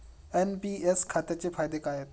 NPS खात्याचे फायदे काय आहेत?